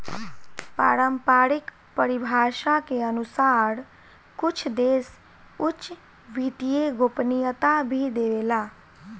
पारम्परिक परिभाषा के अनुसार कुछ देश उच्च वित्तीय गोपनीयता भी देवेला